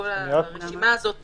כל הרשימה הזו תתייתר.